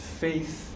faith